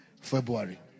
February